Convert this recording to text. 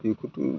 बेखौथ'